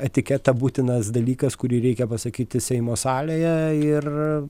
etiketą būtinas dalykas kurį reikia pasakyti seimo salėje ir